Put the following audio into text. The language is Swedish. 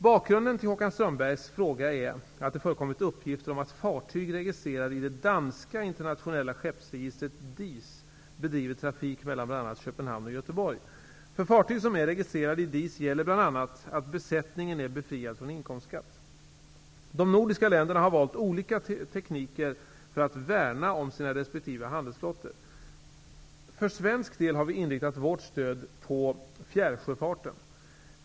Bakgrunden till Håkan Strömbergs fråga är att det förekommit uppgifter om att fartyg registrerade i det danska internationella skeppsregistret DIS De nordiska länderna har valt olika tekniker för att värna om sina resp. handelsflottor. För svensk del har vi inriktat vårt stöd på fjärrsjöfarten.